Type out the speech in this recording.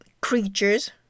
creatures